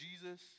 Jesus